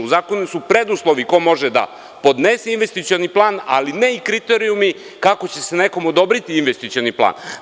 U zakonu su preduslovi ko može da podnese investicioni plan, ali ne i kriterijumi kako će se nekom odobriti investicioni plan.